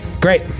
great